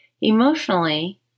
Emotionally